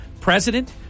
President